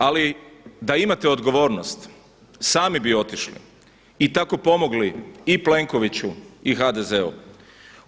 Ali da imate odgovornost sami bi otišli i tako pomogli i Plenkoviću i HDZ-u.